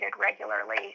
regularly